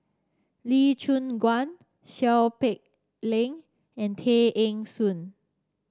Lee Choon Guan Seow Peck Leng and Tay Eng Soon